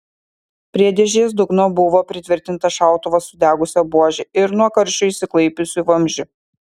prie dėžės dugno buvo pritvirtintas šautuvas sudegusia buože ir nuo karščio išsiklaipiusiu vamzdžiu